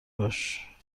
باش